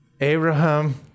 Abraham